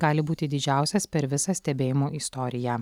gali būti didžiausias per visą stebėjimų istoriją